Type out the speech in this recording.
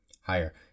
higher